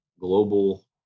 global